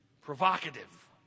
provocative